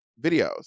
videos